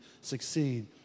succeed